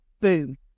Boom